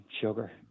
sugar